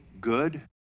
good